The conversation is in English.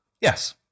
Yes